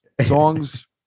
Songs